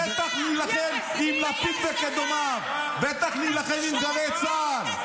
בטח נילחם עם לפיד ודומיו, בטח נילחם עם גלי צה"ל,